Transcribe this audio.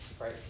right